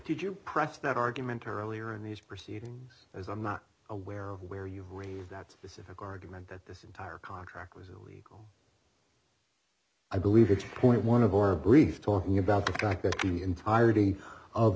did you press that argument earlier in these proceedings as i'm not aware of where you were in that specific argument that this entire contract was illegal i believe it's point one of our brief talking about the fact that he entirety of